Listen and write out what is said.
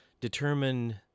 determine